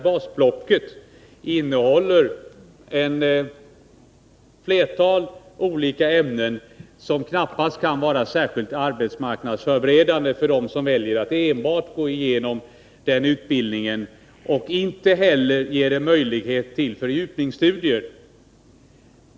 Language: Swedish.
Basblocket innehåller nämligen ett flertal olika ämnen som knappast kan vara särskilt arbetsmarknadsförberedande för dem som väljer att gå igenom enbart den utbildningen. Inte heller ger det möjlighet till fördjupningsstudier.